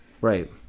Right